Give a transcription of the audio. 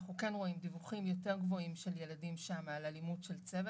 אנחנו כן רואים דיווחים יותר גבוהים שם של ילדים על אלימות של צוות.